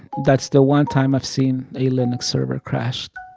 that's the one time i've seen a linux server crash